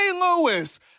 Lewis